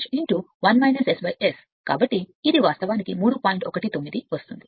కాబట్టి ఇది వాస్తవానికి వస్తుంది 3